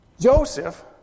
Joseph